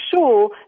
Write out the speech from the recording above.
sure